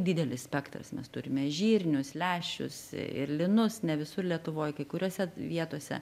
didelis spektras mes turime žirnius lęšius ir linus ne visur lietuvoj kai kuriose vietose